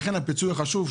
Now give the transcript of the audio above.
לכן הפיצוי חשוב.